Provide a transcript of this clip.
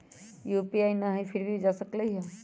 UPI न हई फिर भी जा सकलई ह?